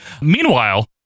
Meanwhile